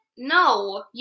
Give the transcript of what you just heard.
No